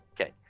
Okay